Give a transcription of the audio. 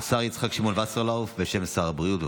השר יצחק שמעון וסרלאוף, בשם שר הבריאות.